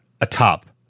atop